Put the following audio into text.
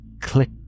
Click